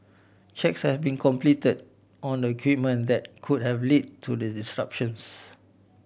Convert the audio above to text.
checks have been completed on the equipment that could have led to the disruptions